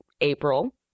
April